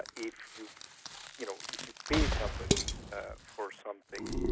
but if you you know if you pay somebody for something,